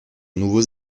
nouveaux